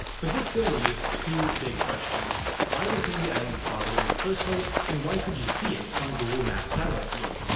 but this still leaves two big questions why was sandy i mean and spotted in the first place and why could you see it on google maps satellite view?